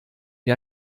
wie